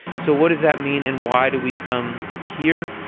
so what does that mean and why do we come here?